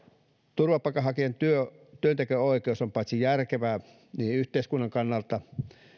turvapaikanhakijan työnteko työnteko oikeus on paitsi järkevää yhteiskunnan kannalta